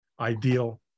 ideal